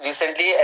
Recently